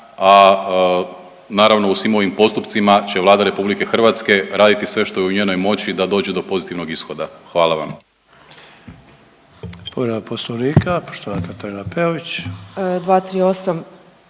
Naravno u svim ovim postupcima će Vlada Republike Hrvatske raditi sve što je u njenoj moći da dođe do pozitivnog ishoda. Hvala vam.